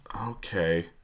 Okay